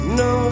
no